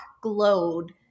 glowed